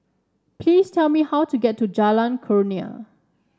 please tell me how to get to Jalan Kurnia